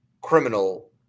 criminal